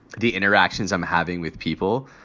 the interactions i'm having with people,